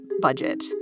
budget